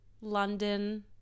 London